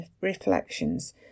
reflections